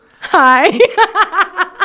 hi